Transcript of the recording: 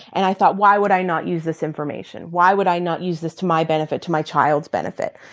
and i thought, why would i not use this information? why would i not use this to my benefit, to my child's benefit?